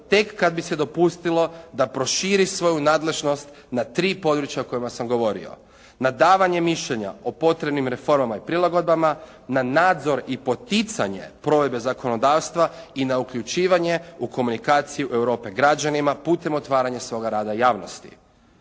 tek kada bi se dopustilo a proširi svoju nadležnost na tri područja o kojima sam govorio, na davanje mišljenja o potrebnim reformama i prilagodbama, na nadzor i poticanje provedbe zakonodavstva i na uključivanje u komunikaciju Europe građanima putem otvaranja svoga rada javnosti.